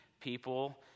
people